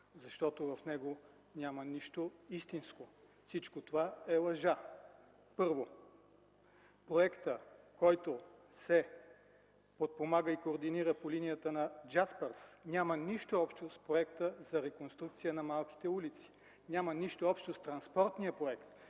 защото в него няма нищо истинско. Всичко това е лъжа. Първо, проектът, който се подпомага и координира по линията на „Джаспърс”, няма нищо общо с проекта за реконструкция на малките улици. Няма нищо общо с транспортния проект